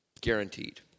guaranteed